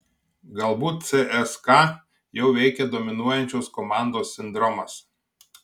galbūt cska jau veikia dominuojančios komandos sindromas